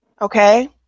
Okay